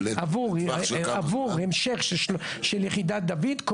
עבור המשך של יחידת דויד,